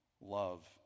Love